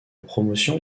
promotion